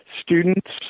students